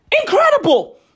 Incredible